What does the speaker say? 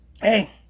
hey